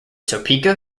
topeka